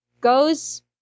goes